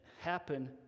happen